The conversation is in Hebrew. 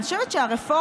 ואני חושבת שהרפורמות